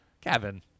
Kevin